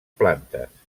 plantes